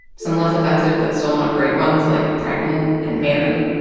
some less offensive but still not great ones, like pregnant and marry.